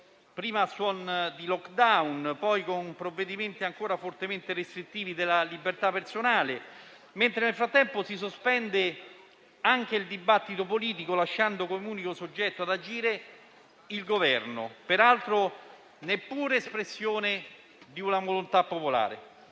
prima a suon di *lockdown,* poi con provvedimenti ancora fortemente restrittivi della libertà personale, mentre nel frattempo si sospende anche il dibattito politico, lasciando agire come unico soggetto il Governo, peraltro neppure espressione di una volontà popolare.